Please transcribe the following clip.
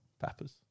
Peppers